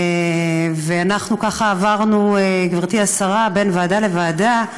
אנחנו עברנו, גברתי השרה, בין ועדה לוועדה,